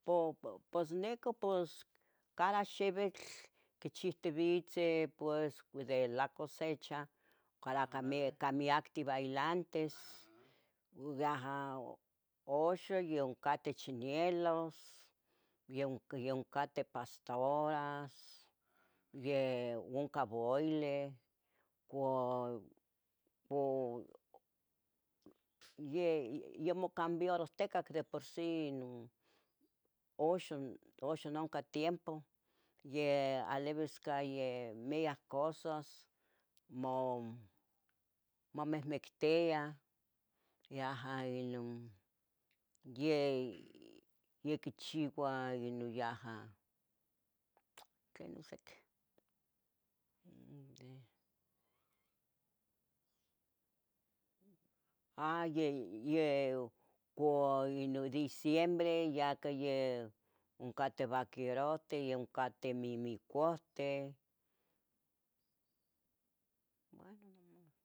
Po, pos neco pos cara xivitl quichihtivitzeh. pues de la cosecha, cara ca, camiac, camiacti. bailantes aha. Oxon yoncateh chinielos, yon- yoncateh pastoras, yeh unca boileh cua, bo, ye, ye mocambiarohticac, de por sì, nun, oxon, oxon nunca tiempo, ye alivis. cah yeh miac cosas, mo, momehmecteah yajah. inun, ye, ye quichiuah, ye nun yajah Tleno sec, m de, ah ye, ye cua inun diciembre. yaca yeh uncate vaquerohteh, uncate mimicunteh. bueno no mas.